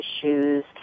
issues